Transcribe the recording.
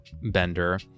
bender